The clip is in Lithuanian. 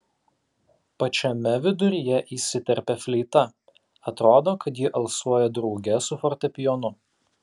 pačiame viduryje įsiterpia fleita atrodo kad ji alsuoja drauge su fortepijonu